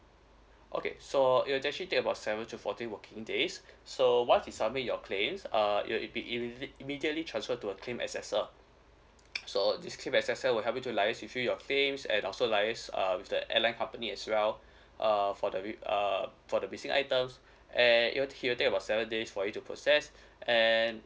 okay so it will actually take about seven to fourteen working days so once you submit your claims uh yo~ it be it im~ immediately transfer to a claim accessor so this claim accessor will help you to liaise with you your claims and also liaise uh with the airline company as well uh for the we~ uh for the missing items and it will you will take about seven days for you to process and